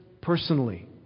personally